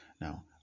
now